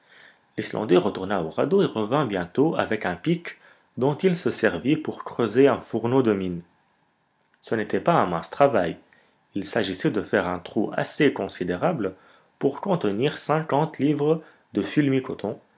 au radeau et revint bientôt avec un pic dont il se servit pour creuser un fourneau de mine ce n'était pas un mince travail il s'agissait de faire un trou assez considérable pour contenir cinquante livres de